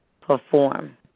perform